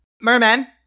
Merman